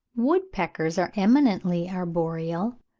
woodpeckers are eminently arboreal,